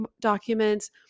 documents